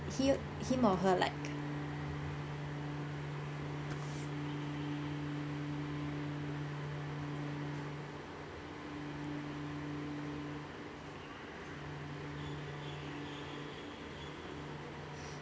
him him or her like